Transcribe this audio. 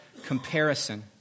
Comparison